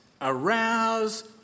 arouse